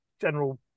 general